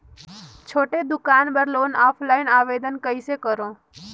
छोटे दुकान बर लोन ऑफलाइन आवेदन कइसे करो?